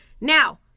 Now